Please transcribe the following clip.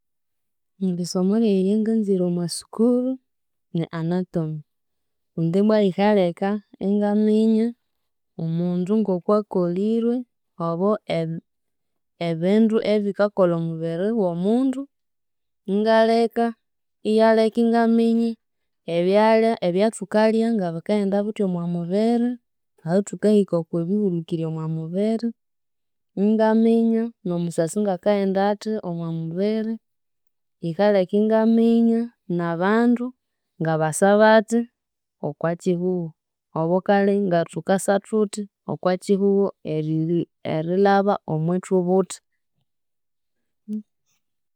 Erisomo lyaghe eryanganzire omo school ni Anatomy, kundi ibbwa yikalheka ingaminya omundu ng'okwakolirwe obo ebi- ebindu ebikakolha omubiri w'omundu, ingalheka, iyalheka ingaminya ebyalya ebyathukalya ngabikaghenda bithi omo mubiri, ahathukahika okw'eribihulhukirya omo mubiri, ingaminya n'omusasi ng'akaghenda athi omwa mubiri, yikalheka ingaminya n'abandu ngabasa bathi okwa kihugho, obwo kale ngathukasa thuthi okwa kihugho erile erilhaba omwithubutha.